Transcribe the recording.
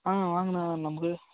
ஆ வாங்கண்ணா நமக்கு